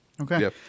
Okay